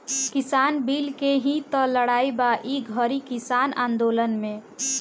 किसान बिल के ही तअ लड़ाई बा ई घरी किसान आन्दोलन में